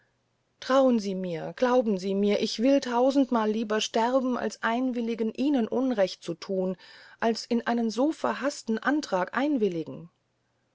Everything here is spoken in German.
trauen sie mir glauben sie mir ich will tausendmal lieber sterben als einwilligen ihnen unrecht zu thun als in einen so verhaßten antrag willigen